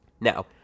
Now